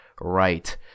right